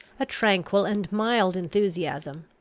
a tranquil and mild enthusiasm,